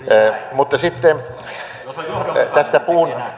mutta sitten tästä puun